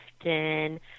often